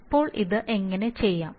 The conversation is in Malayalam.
അപ്പോൾ അത് എങ്ങനെ ചെയ്യാം